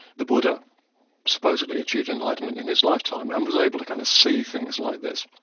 the buddha supposedly achieved enlightenment in his lifetime and was able to kind of see things like this.